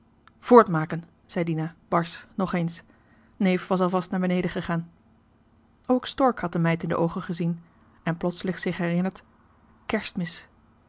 voortmaken zei dina barsch nog eens neef was alvast naar beneden gegaan ook stork had de meid in de oogen gezien en plotseling zich herinnerd kerstmis